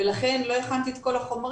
ולא הכנתי את כל החומרים,